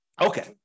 Okay